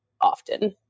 often